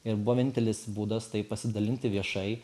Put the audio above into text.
ir buvo vienintelis būdas tai pasidalinti viešai